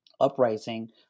uprising